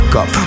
up